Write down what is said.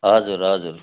हजुर हजुर